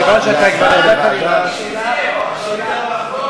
מכיוון שאתה כבר נתת לי זאת מזימה נגד נסים זאב.